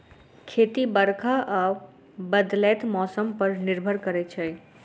खेती बरखा आ बदलैत मौसम पर निर्भर करै छै